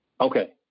Okay